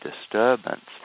disturbance